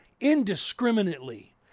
Indiscriminately